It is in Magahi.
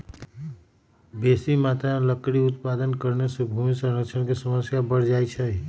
बेशी मत्रा में लकड़ी उत्पादन करे से भूमि क्षरण के समस्या बढ़ जाइ छइ